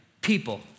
people